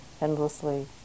endlessly